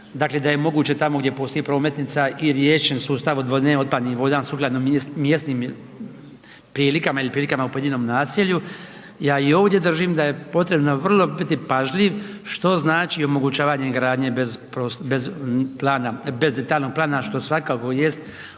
dakle da je moguće tamo gdje postoji prometnica i riješen sustav odvodnje otpadnih voda sukladno mjesnim prilikama ili prilikama u pojedinom naselju. Ja i ovdje držim da je potrebno vrlo biti pažljiv što znači omogućavanje gradnje bez plana, bez detaljnog plana što svakako jest